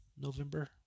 November